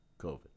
COVID